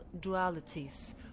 dualities